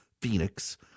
phoenix